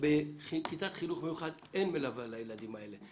בכיתת חינוך מיוחד אין מלווה לילדים האלה.